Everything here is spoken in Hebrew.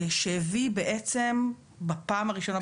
שהביא בעצם בפעם הראשונה,